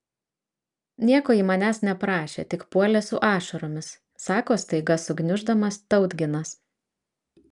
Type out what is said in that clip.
nieko ji manęs neprašė tik puolė su ašaromis sako staiga sugniuždamas tautginas